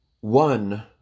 One